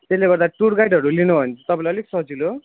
त्यसले गर्दा टुर गाइडहरू लिनुभयो भने चाहिँ तपाईँलाई अलिकति सजिलो